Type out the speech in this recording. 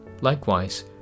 Likewise